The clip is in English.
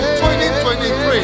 2023